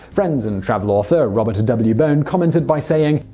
friend and travel author robert w. bone commented by saying,